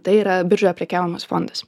tai yra biržoje prekiaujamas fondas